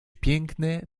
piękne